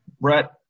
Brett